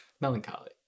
melancholy